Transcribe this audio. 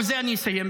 ובזה אני אסיים,